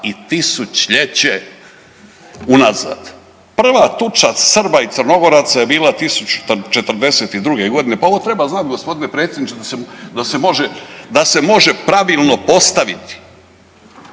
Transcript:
i tisućljeće unazad. Prva tuča Srba i Crnogoraca je bila 1042. godine. Pa ovo treba znati gospodine predsjedniče da se može pravilno postaviti